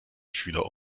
schüler